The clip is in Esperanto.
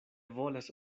volas